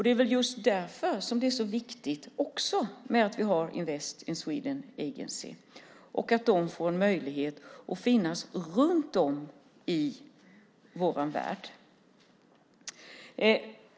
Det är väl just därför som det också är viktigt att vi har Invest in Sweden Agency och att det får möjlighet att finnas runt om i vår värld.